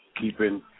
keeping